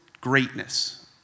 greatness